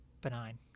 benign